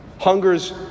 Hungers